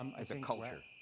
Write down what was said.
um as a culture?